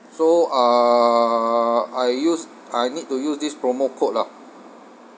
so uh I use I need to use this promo code lah